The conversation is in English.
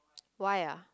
why ah